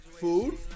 Food